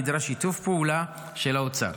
נדרש שיתוף פעולה של האוצר.